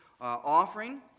offering